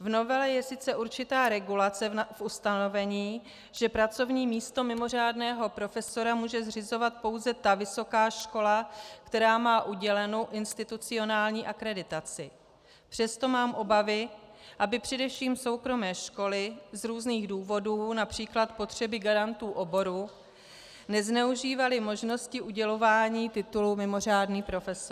V novele je sice určitá regulace v ustanovení, že pracovní místo mimořádného profesora může zřizovat pouze ta vysoká škola, která má udělenou institucionální akreditaci, přesto mám obavy, aby především soukromé školy z různých důvodů, například potřeby garantů oboru, nezneužívaly možnosti udělování titulu mimořádný profesor.